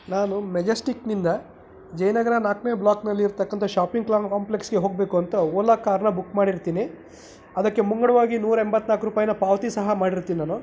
ನಾನು ಮೆಜೆಸ್ಟಿಕ್ನಿಂದ ಜಯನಗರ ನಾಲ್ಕನೆ ಬ್ಲಾಕ್ನಲ್ಲಿರ್ತಕ್ಕಂಥ ಶಾಪಿಂಗ್ ಕಾಂಪ್ಲೆಕ್ಸ್ಗೆ ಹೋಗಬೇಕು ಅಂತ ಒಲಾ ಕಾರ್ನ ಬುಕ್ ಮಾಡಿರುತ್ತೇನೆ ಅದಕ್ಕೆ ಮುಂಗಡವಾಗಿ ನೂರೆಂಬತ್ನಾಲ್ಕು ರೂಪಾಯಿನ ಪಾವತಿ ಸಹ ಮಾಡಿರುತ್ತೇನೆ ನಾನು